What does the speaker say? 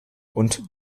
und